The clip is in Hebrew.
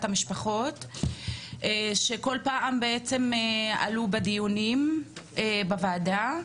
המשפחות שכל פעם בעצם עלו בדיונים בוועדה,